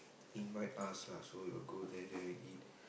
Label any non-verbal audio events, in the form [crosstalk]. invite us lah so we'll go there then we eat [breath]